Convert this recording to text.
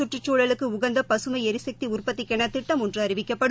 கற்றுச்சூழலுக்கு உகந்த பசுமை ளரிசக்தி உற்பத்திக்கென திட்டம் ஒன்று அறிவிக்கப்படும்